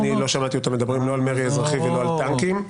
לא שמעתי אותם מדברים על מרי אזרחי ולא על טנקים.